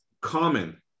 common